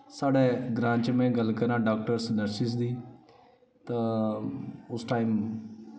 साढ़े ग्रांऽ च में गल्ल करांऽ डॉक्टर्स नर्सिस दी तां उस टाइम